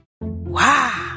Wow